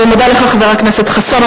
אני מודה לך, חבר הכנסת חסון.